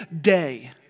day